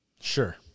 Sure